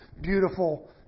beautiful